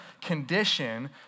condition